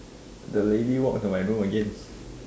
the lady walk to my room again